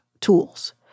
tools